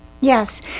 Yes